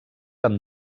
amb